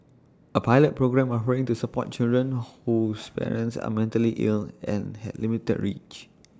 A pilot programme offering the support to children whose parents are mentally ill and had limited reach